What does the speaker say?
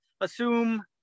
assume